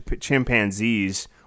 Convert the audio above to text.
chimpanzees